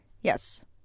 Yes